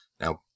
Now